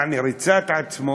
יעני, ריצה את עצמו,